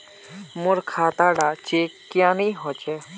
मोर खाता डा चेक क्यानी होचए?